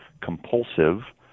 compulsive